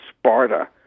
Sparta